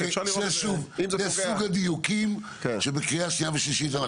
זה סוג הדיוקים לקריאה שנייה ושלישית.